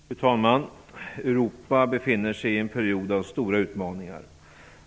Fru talman! Europa befinner sig i en period av stora utmaningar.